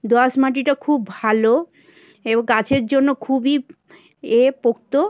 দোঁয়াশ মাটিটা খুব ভালো এবং গাছের জন্য খুবই এ পোক্ত